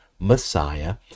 Messiah